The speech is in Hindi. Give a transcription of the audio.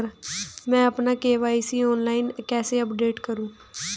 मैं अपना के.वाई.सी ऑनलाइन कैसे अपडेट करूँ?